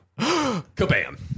Kabam